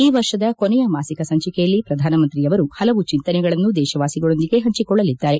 ಈ ವರ್ಷದ ಕೊನೆಯ ಮಾಸಿಕ ಸಂಚಿಕೆಯಲ್ಲಿ ಶ್ರಧಾನಮಂತ್ರಿಯವರು ಹಲವು ಚಂತನೆಗಳನ್ನು ದೇಶವಾಸಿಗಳೊಂದಿಗೆ ಹಂಚಿಕೊಳ್ಳಲಿದ್ದಾರೆ